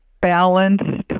balanced